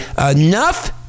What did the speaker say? enough